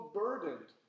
burdened